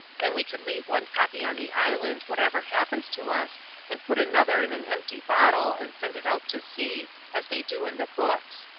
then we could leave one copy on the island whatever happens to us and put another in an empty bottle and send it out to sea, as they do in the books.